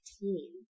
team